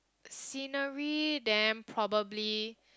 scenery then probably